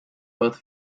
both